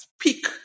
speak